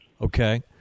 Okay